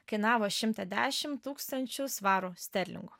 kainavo šimtą dešim tūkstančių svarų sterlingų